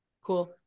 cool